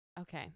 Okay